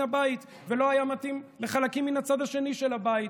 הבית ולא היה מתאים לחלקים מן הצד השני של הבית,